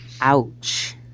ouch